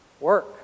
work